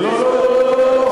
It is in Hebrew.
לא לא לא לא,